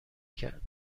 کرد